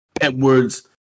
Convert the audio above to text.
edwards